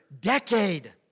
decade